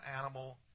animal